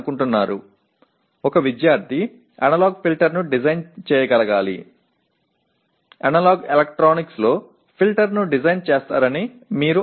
எடுத்துக்காட்டாக ஒரு CO என்னவென்றால் நீங்கள் மாணவர் ஒருவர் அனலாக் எலக்ட்ரானிக்ஸ் ஒரு வடிகட்டியை வடிவமைக்க விரும்புகிறீர்கள்